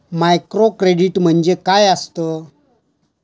Microcredit म्हणजे काय असतं?